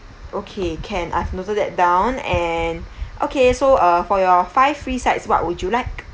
okay can I've noted that down and okay so uh for your five free sides what would you like